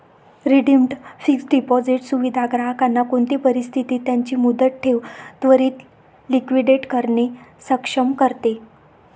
redeemed fixed deposit सुविधा ग्राहकांना कोणते परिस्थितीत त्यांची मुदत ठेव त्वरीत लिक्विडेट करणे सक्षम करते